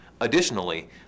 Additionally